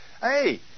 Hey